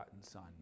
son